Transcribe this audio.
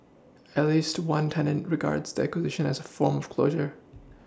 at least one tenant regards the acquisition as a form of closure